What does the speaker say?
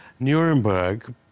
Nuremberg